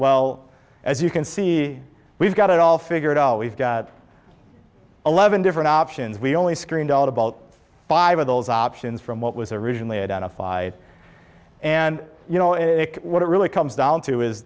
well as you can see we've got it all figured out we've got eleven different options we only screened out about five of those options from what was originally identified and you know what it really comes down to is